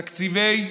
תקציבי היל"ה,